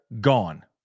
gone